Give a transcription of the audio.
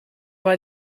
war